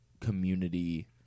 community